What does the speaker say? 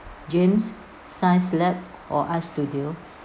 gyms science lab or art studio